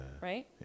Right